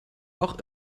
auch